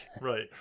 Right